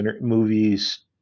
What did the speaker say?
movies